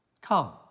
Come